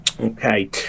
okay